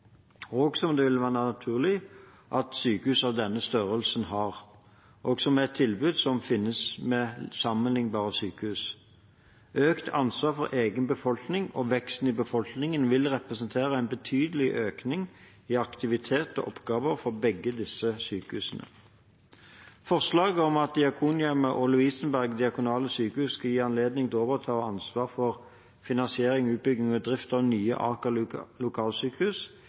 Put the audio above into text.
og som det vil være naturlig at sykehus av denne størrelse har, og som er tilbud som finnes ved sammenlignbare sykehus. Økt ansvar for egen befolkning og veksten i befolkningen vil representere en betydelig økning i aktivitet og oppgaver for begge disse sykehusene. Forslaget om at Diakonhjemmet og Lovisenberg Diakonale Sykehus skal gis anledning til å overta ansvaret for finansiering, utbygging og drift av nye Aker lokalsykehus,